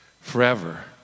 forever